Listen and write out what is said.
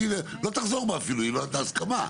לא תחזור בה אפילו, היא לא נתנה הסכמה.